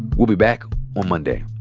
we'll be back on monday